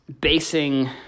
basing